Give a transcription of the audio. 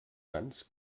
ganz